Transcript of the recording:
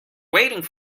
waiting